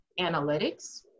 analytics